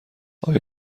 آیا